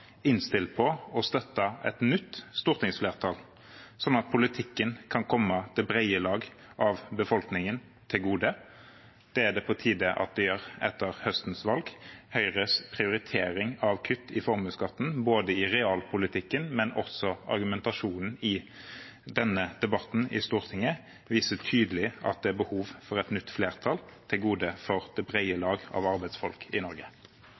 innstilt på å støtte et nytt stortingsflertall, sånn at politikken kan komme det brede lag av befolkningen til gode. Det er det på tide at den gjør etter høstens valg. Høyres prioritering av kutt i formuesskatten, både i realpolitikken og også i argumentasjonen i denne debatten i Stortinget, viser tydelig at det er behov for et nytt flertall til gode for det brede lag av arbeidsfolk i Norge.